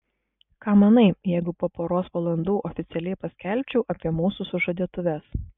ką manai jeigu po poros valandų oficialiai paskelbčiau apie mūsų sužadėtuves